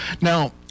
Now